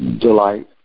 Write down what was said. delight